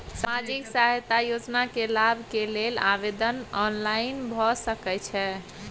सामाजिक सहायता योजना के लाभ के लेल आवेदन ऑनलाइन भ सकै छै?